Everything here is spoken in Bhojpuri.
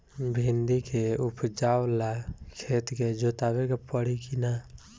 भिंदी के उपजाव ला खेत के जोतावे के परी कि ना?